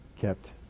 kept